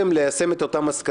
מה אתה רוצה?